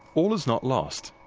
all is not lost.